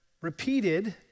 repeated